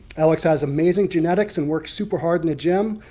alex has amazing genetics and worked super hard in the gym.